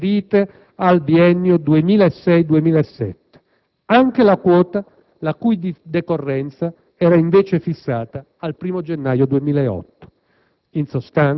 erano riferibili al biennio 2006-2007 (anche la quota la cui decorrenza era fissata al 1° gennaio 2008).